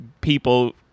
people